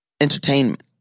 entertainment